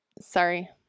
Sorry